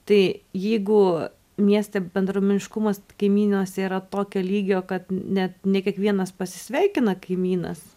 tai jeigu mieste bendruomeniškumas kaimynas yra tokio lygio kad net ne kiekvienas pasisveikina kaimynas